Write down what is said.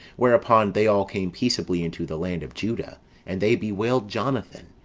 whereupon they all came peaceably into the land of juda and they bewailed jonathan,